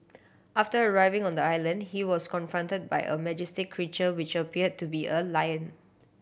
after arriving on the island he was confronted by a majestic creature which appeared to be a lion